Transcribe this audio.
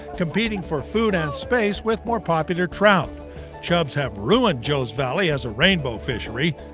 competing for food and space with more popular trout chubs have ruined joes valley as a rainbow fishery.